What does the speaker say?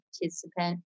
participant